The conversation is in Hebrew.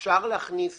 אפשר להכניס